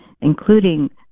including